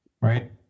right